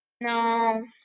No